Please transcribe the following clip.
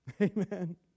amen